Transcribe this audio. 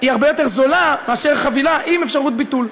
היא הרבה יותר זולה מחבילה עם אפשרות ביטול.